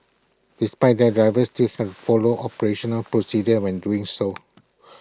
despite that drivers stills have follow operational procedures when doing so